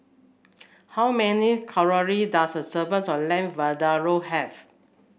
how many calorie does a serving of Lamb Vindaloo have